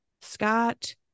Scott